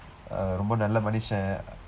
uh ரொம்ப நல்ல மனிதன்:rompa nalla manithan